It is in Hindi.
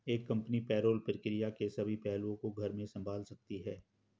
एक कंपनी पेरोल प्रक्रिया के सभी पहलुओं को घर में संभाल सकती है